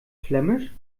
flämisch